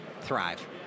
thrive